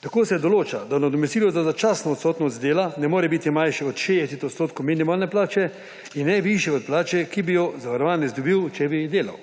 Tako se določa, da nadomestilo za začasno odsotnost z dela ne more biti manjše od 60 % minimalne plače in ne višje od plače, ki bi jo zavarovanec dobil, če bi delal.